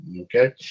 Okay